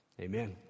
Amen